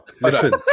Listen